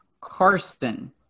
Carson